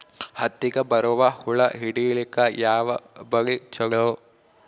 ಹತ್ತಿಗ ಬರುವ ಹುಳ ಹಿಡೀಲಿಕ ಯಾವ ಬಲಿ ಚಲೋ?